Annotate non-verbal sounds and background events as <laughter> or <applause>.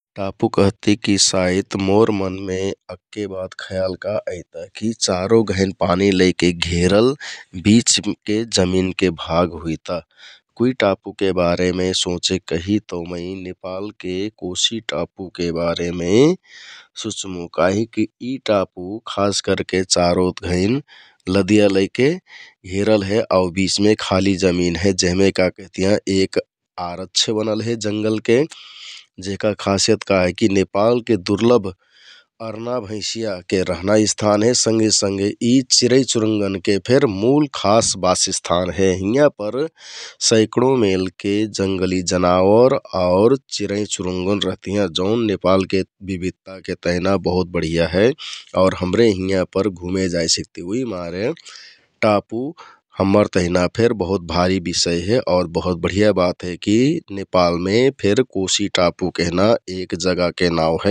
टापु कहति की साइत मोर मनमे अक्के बात खयाल का अइताकी चारों घइन पानी लैके घेरल बिच <hesitation> के जमिन के भाग हुइता । कुइ टापु के बारेमे सोंचे कहि तौ मैं नेपालके कोशी टापु के बारेमे सुँच्मु काहिक की इ टापु उ खास करके चारो घइन लदिया लैके घेरल हे आउ बिचमे खाली जमिन हे जेहमे का केहतियाँ एक आरक्ष बनल हे जंगलके <noise> जेहका खासियत का हेकि नेपालके दुर्लभ अर्ना भैंसीया के रहना स्थान हे । संघे संघ इ चिरैंचुरुङ्गन के फेर मुल खास बासस्थान हे हिँया पर सैकडों मेलके जंगली जनावर आउर चिंरैचुरुङ्गन रहतियाँ। जौन नेपाल के विविधता के तहिना बहुत बढिया हे । <noise> आउर हमरे हिँयापर घुमे जाइ सिकति उहिमारे टापु हम्मर तहिना फेर बहुत भारि बिषय हे । आउर बहुत बढिया बात हे की नेपाल मे फेर कोशी टापु कहना एक जगाह के नाउँ हे।